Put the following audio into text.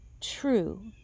true